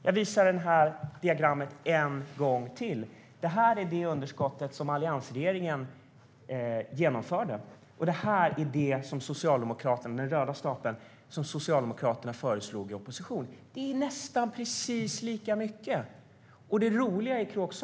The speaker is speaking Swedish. Jag visar mitt diagram en gång till som visar det underskott som alliansregeringen skapade och det underskott som Socialdemokraterna föreslog i opposition. Det är nästan precis lika mycket.